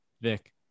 Vic